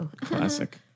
Classic